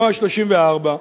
או ה-34,